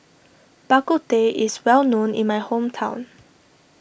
Bak Kut Teh is well known in my hometown